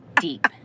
deep